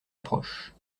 approche